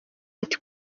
ati